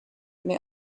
may